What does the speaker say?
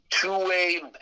two-way